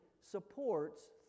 supports